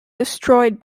destroyed